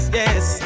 yes